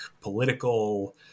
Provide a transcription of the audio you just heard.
political